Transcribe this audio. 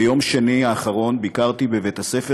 ביום שני האחרון ביקרתי בבית-הספר